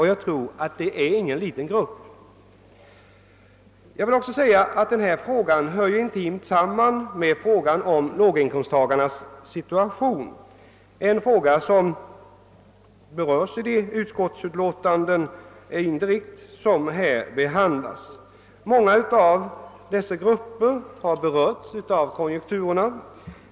Jag tror att det inte är fråga om någon liten grupp. Problemet hänger intimt samman med frågan om låginkomsttagarnas situation. Denna berörs indirekt i de utskottsutlåtanden som här behandlas. Många i denna grupp har berörts av konjunkturerna.